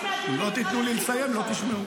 אם לא תיתנו לי לסיים, לא תשמעו.